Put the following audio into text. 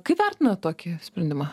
kaip vertinat tokį sprendimą